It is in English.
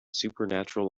supernatural